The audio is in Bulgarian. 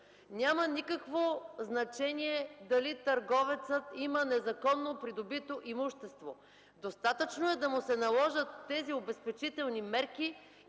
Няма никакво значение дали търговецът има незаконно придобито имущество. Достатъчно е да му се наложат обезпечителните мерки